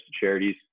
charities